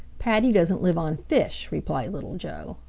paddy doesn't live on fish, replied little joe.